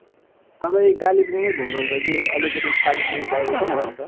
तपाईँ कालिम्पोङ नै घुम्नुहुन्छ कि अलिकति कालिम्पोङ बाहिर घुम्नुहुन्छ